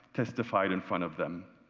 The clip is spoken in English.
testified in front of them.